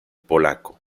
polaco